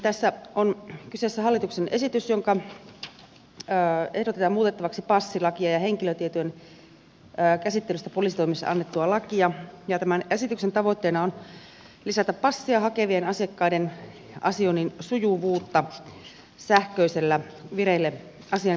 tässä on kyseessä hallituksen esitys jossa ehdotetaan muutettavaksi passilakia ja henkilötietojen käsittelystä poliisitoimessa annettua lakia ja tämän esityksen tavoitteena on lisätä passia hakevien asiakkaiden asioinnin sujuvuutta sähköisellä asian vireillepanolla